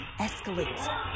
escalates